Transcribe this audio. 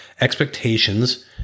expectations